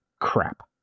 crap